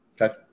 Okay